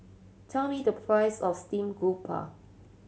tell me the price of steamed garoupa